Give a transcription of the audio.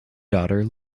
daughter